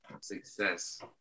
success